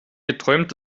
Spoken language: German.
geträumt